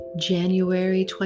January